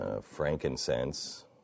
Frankincense